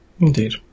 Indeed